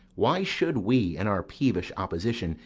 why should we, in our peevish opposition,